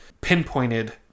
pinpointed